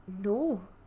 no